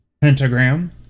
pentagram